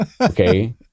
Okay